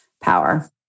power